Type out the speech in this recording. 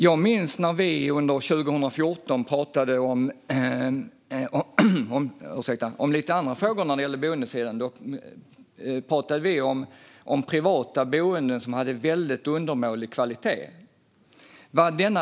Jag minns när vi under 2014 talade om privata boenden av undermålig kvalitet.